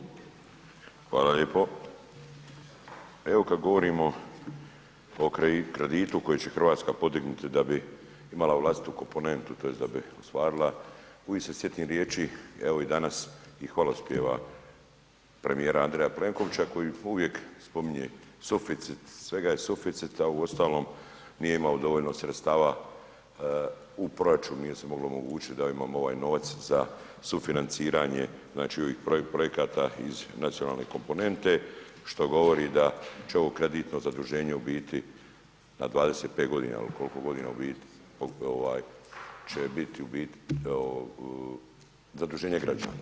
Hvala lijepo, evo kad govorimo o kreditu koji će Hrvatska podignuti da bi imala vlastitu komponentu tj. da bi ostvarila, uvijek se sjetim riječi i danas i hvalospjeva premijera Andreja Plenkovića, koji uvijek spominje suficit, svega je suficit, a uostalom nije imao dovoljno sredstava u proračunu, nije se moglo omogućit da imamo ovaj novac za sufinanciranje znači ovih projekta iz nacionalne komponente što govori da će ovo kreditno zaduženje u biti na 25 godina, jel kolko godina u biti ovaj će biti u biti zaduženje građana.